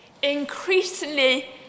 Increasingly